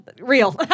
real